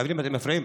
חברים, אתם מפריעים.